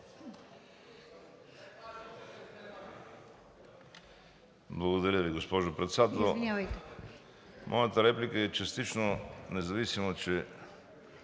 Благодаря Ви, госпожо Председател. Моята реплика е частично, независимо че